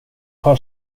par